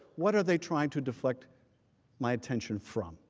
what are they trying to deflect my attention from?